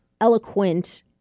eloquent